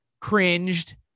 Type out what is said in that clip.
cringed